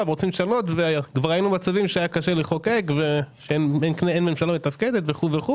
ורוצים לשנות וכבר ראינו מצבים שהיה קשה לחוקק ואין ממשלה מתפקדת וכו'.